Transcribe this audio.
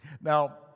Now